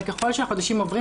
אבל ככל שהחודשים עוברים,